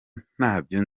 ntabyo